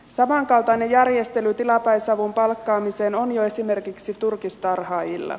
samankaltainen järjestely tilapäisavun palkkaamiseen on jo esimerkiksi turkistarhaajilla